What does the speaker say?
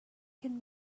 can